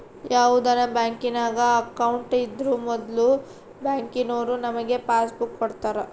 ಯಾವುದನ ಬ್ಯಾಂಕಿನಾಗ ಅಕೌಂಟ್ ಇದ್ರೂ ಮೊದ್ಲು ಬ್ಯಾಂಕಿನೋರು ನಮಿಗೆ ಪಾಸ್ಬುಕ್ ಕೊಡ್ತಾರ